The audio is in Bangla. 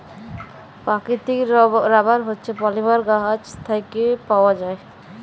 পাকিতিক রাবার হছে পলিমার গাহাচ থ্যাইকে পাউয়া যায়